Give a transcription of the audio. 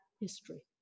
history